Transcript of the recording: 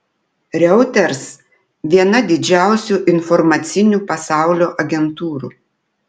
reuters viena didžiausių informacinių pasaulio agentūrų